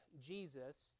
Jesus